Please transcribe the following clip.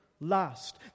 last